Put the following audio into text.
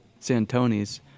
Santonis